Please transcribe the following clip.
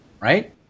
right